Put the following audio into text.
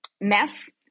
mess